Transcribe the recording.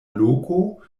loko